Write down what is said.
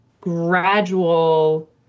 gradual